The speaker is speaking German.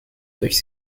durch